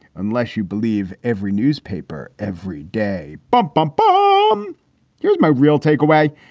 unless you believe every newspaper every day. bump, bump. ah um here's my real takeaway.